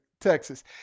Texas